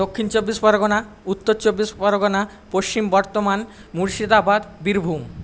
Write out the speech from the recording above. Dakshin Chabbish Pargana Uttar Chabbish Pargana Paschim Bardhaman Murshidabad Birbhum